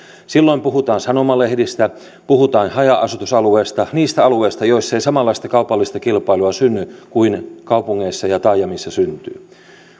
silloin puhutaan sanomalehdistä puhutaan haja asutusalueista niistä alueista joissa ei samanlaista kaupallista kilpailua synny kuin kaupungeissa ja taajamissa syntyy